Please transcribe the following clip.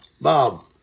Bob